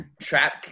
trap